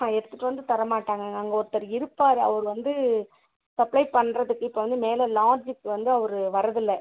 ஹா எடுத்துகிட்டு வந்து தர மட்டாங்கங்க அங்கே ஒருத்தர் இருப்பார் அவர் வந்து சப்ளை பண்ணுறதுக்கு இப்போ வந்து மேலே லாட்ஜுக்கு வந்து அவர் வரதில்லை